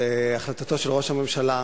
בהחלטתו של ראש הממשלה